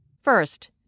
First